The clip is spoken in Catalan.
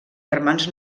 germans